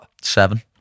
seven